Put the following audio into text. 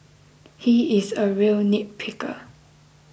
he is a real nitpicker